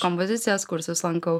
kompozicijos kursus lankau